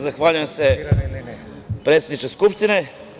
Zahvaljujem se, predsedniče Skupštine.